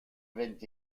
vingt